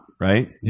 right